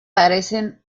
parecen